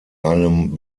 einem